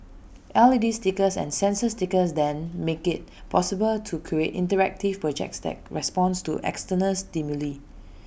L E D stickers and sensor stickers then make IT possible to create interactive projects that respond to external stimuli